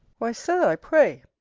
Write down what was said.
why, sir, i pray,